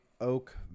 oak